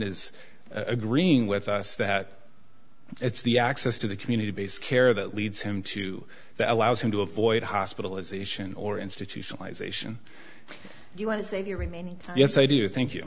is agreeing with us that it's the access to the community based care that leads him to that allows him to avoid hospitalization or institutionalization you want to save your remaining yes i do think you